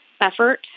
effort